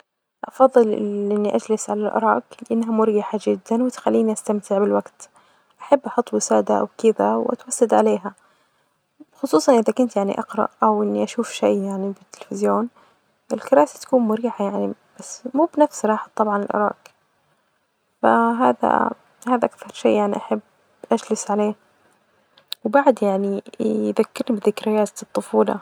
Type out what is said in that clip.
أفظل إني أجلس علي الأرائك لإنها مريحة جدا وتخليني أستمتع بالوجت، أحب أحط وسادة أو كدة وأتوسد عليها، خصوصا إذا كنت يعني أقرأ ،أو إني أشوف شئ في التليفزيون.الكراسي تكون مريحة يعني بس مو بنفس راحة طبعا الأرائك. ف هذا هذا أكتر شئ يعني أحب أجلس علية.وبعد يعني يذكرني بذكريات الطفولة.